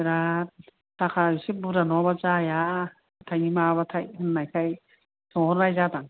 बिराद थाखा एसे बुरजा नङाबा जाया हाथायनि माबाबाथाय होननायखाय सोंहरनाय जादां